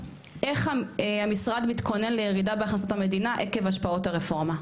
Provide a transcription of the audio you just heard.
איך המשרד מתכונן לירידה בהכנסות המדינה עקב השפעות הרפורמה?